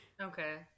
Okay